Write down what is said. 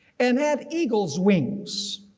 and had eagle's wings.